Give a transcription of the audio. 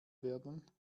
werden